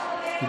הזה.